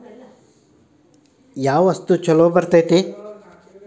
ಯಾವ ವಸ್ತು ಛಲೋ ಬರ್ತೇತಿ?